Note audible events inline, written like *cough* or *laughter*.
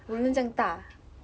*laughs*